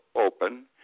open